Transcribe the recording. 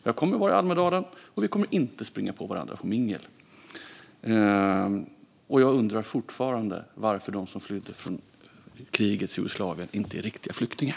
Jag kommer att vara i Almedalen, och vi kommer inte för min del att springa på varandra. Jag undrar fortfarande varför de som flydde från krigets Jugoslavien inte är riktiga flyktingar.